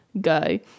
guy